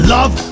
Love